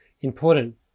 important